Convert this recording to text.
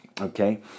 Okay